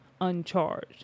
uncharged